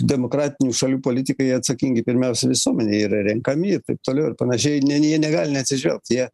demokratinių šalių politikai atsakingi pirmiausia visuomenei yra renkami ir taip toliau ir panašiai ne jie negali neatsižvelgt jie